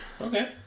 Okay